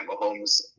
Mahomes